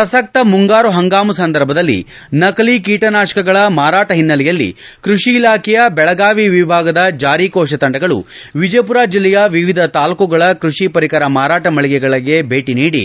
ಪ್ರಸಕ್ತ ಮುಂಗಾರು ಹಂಗಾಮು ಸಂದರ್ಭದಲ್ಲಿ ನಕಲಿ ಕೀಟನಾಶಕಗಳ ಮಾರಾಟ ಹಿನ್ನೆಲೆಯಲ್ಲಿ ಕೈಷಿ ಇಲಾಖೆಯ ದೆಳಗಾವಿ ವಿಭಾಗದ ಜಾರಿ ಕೋಶ ತಂಡಗಳು ವಿಜಯಪುರ ಜಿಲ್ಲೆಯ ವಿವಿಧ ತಾಲೂಕುಗಳ ಕೃಷಿ ಪರಿಕರ ಮಾರಾಟ ಮಳಿಗೆಗಳಿಗೆ ಭೇಟಿ ನೀಡಿ